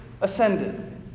ascended